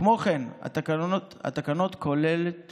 כמו כן, התקנה כוללת